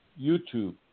YouTube